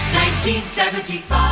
1975